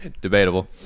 Debatable